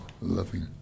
loving